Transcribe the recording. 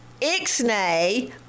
Ixnay